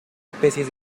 especies